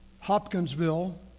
Hopkinsville